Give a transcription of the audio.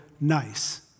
nice